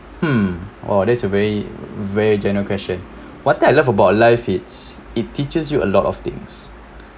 hmm !wah! that's a very very general question what I love about life it's it teaches you a lot of things